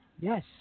yes